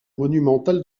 monumental